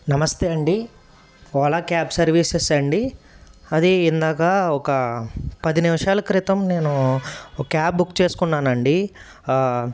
నమస్తే అండి Ola cab services అండి అది ఇందాక ఒక పది నిమిషాల క్రితం నేను ఒక క్యాబ్ బుక్ చేసుకున్నానండి